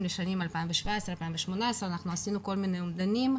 לשנים 2018-2017. עשינו כל מיני אומדנים,